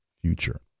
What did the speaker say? future